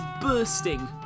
bursting